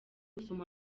gusoma